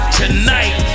tonight